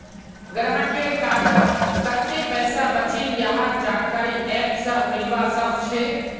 गाहकेर कार्डत कत्ते पैसा बचिल यहार जानकारी ऐप स मिलवा सखछे